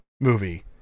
movie